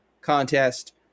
contest